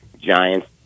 Giants